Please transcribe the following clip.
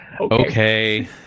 Okay